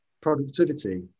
productivity